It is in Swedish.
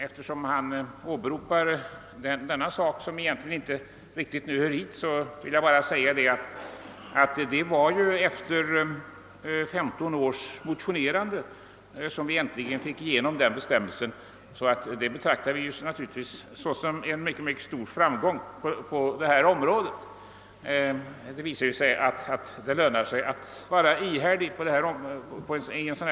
Eftersom han åberopade detta förhållande, som egentligen inte har samband med den fråga vi nu behandlar, vill jag bara påpeka att det först var efter femton års motionerande som vi äntligen fick igenom denna bestämmelse. Vi betraktar därför naturligtvis beslutet härom som en mycket stor framgång på detta område. Det visar sig alltså att det är lönande att vara ihärdig i en fråga av detta slag.